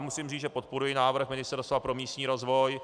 Musím říct, že podporuji návrh Ministerstva pro místní rozvoj.